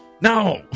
No